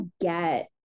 get